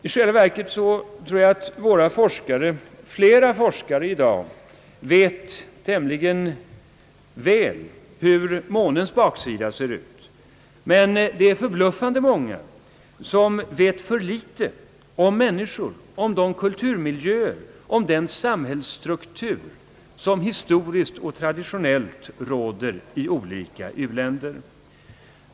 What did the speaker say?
I själva verket kan man nog säga att många forskare i dag tämligen väl vet hur månens baksida ser ut, men det är förbluffande många som vet för litet om människorna, om de kulturmiljöer och den sambhällsstruktur som historiskt och traditionellt råder i olika u-länder.